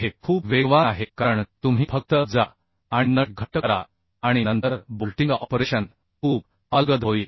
हे खूप वेगवान आहे कारण तुम्ही फक्त जा आणि नट घट्ट करा आणि नंतर बोल्टिंग ऑपरेशन खूप अलगद होईल